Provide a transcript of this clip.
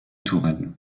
tourelles